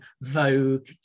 Vogue